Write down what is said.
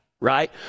right